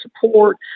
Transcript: support